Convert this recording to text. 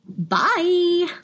Bye